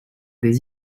des